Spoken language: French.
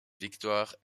victoire